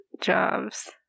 Jobs